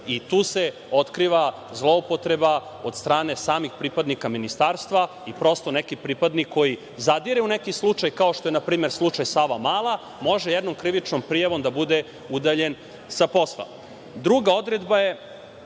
i tu se otkriva zloupotreba od strane samih pripadnika ministarstva i prosto neki pripadnik koji zadire u neki slučaj, kao što je na primer slučaj Savamala, može jednom krivičnom prijavom da bude udaljen sa posla. Druga odredba je,